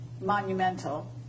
monumental